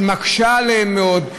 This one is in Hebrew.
היא מקשה עליהם מאוד.